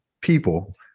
people